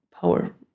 power